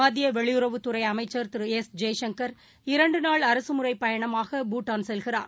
மத்தியவெளியுறவுத்துறைஅமைச்சா் திரு எஸ் ஜெய்சங் இரண்டுநாள் அரசுமுறைப் பயணமாக பூட்டான் செல்கிறார்